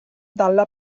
dalla